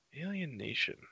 Alienation